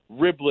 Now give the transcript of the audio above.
riblet